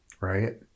right